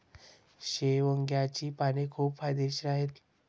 शेवग्याची पाने खूप फायदेशीर आहेत